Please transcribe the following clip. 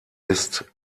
ist